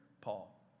Paul